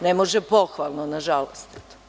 Ne može pohvalno, nažalost.